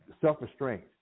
self-restraint